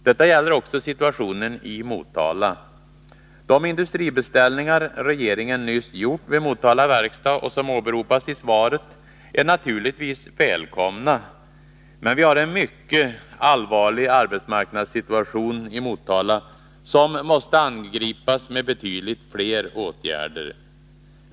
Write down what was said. Det gäller situationen i Motala. De industribeställningar som regeringen nyss gjort vid Motala Verkstad och som åberopas i svaret är naturligtvis välkomna, men vi har en mycket allvarlig arbetsmarknadssituation i Motala som måste angripas med betydligt fler åtgärder.